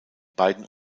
beiden